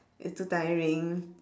it's so tiring